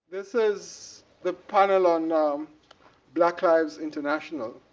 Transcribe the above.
this is the panel on um black lives international.